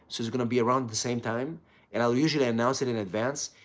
so it's going to be around the same time and i will usually announce it in advance.